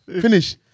finish